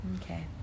Okay